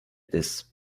this